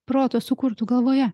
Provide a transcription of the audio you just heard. proto sukurtų galvoje